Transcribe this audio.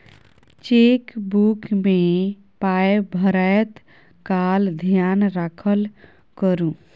chequebook मे पाय भरैत काल धेयान राखल करू